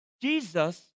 Jesus